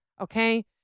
Okay